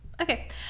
Okay